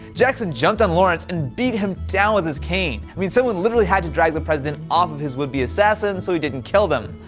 jackson jumped on lawrence and beat him down with his cane. i mean, someone literally had to drag the president off of his would-be assassin so he didn't kill them.